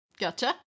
Gotcha